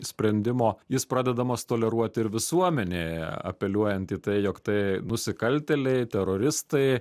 sprendimo jis pradedamas toleruot ir visuomenėje apeliuojant į tai jog tai nusikaltėliai teroristai